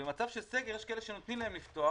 במצב של סגר יש כאלה שנותנים להם לפתוח